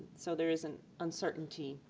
so there is an uncertainty.